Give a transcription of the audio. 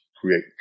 create